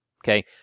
Okay